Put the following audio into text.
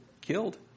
killed